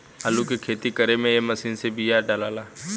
आलू के खेती करे में ए मशीन से बिया डालाला